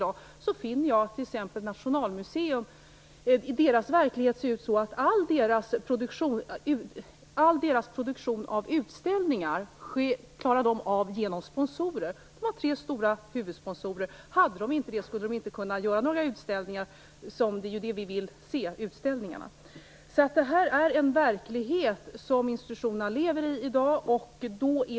Jag har då funnit att när det gäller Nationalmuseum t.ex. klarar de all sin produktion av utställningar tack vare sponsorer. De har tre stora huvudsponsorer. Om de inte hade det skulle de inte kunna ha några utställningar. Det är ju utställningar vi vill se. Det är den verklighet institutionerna lever i.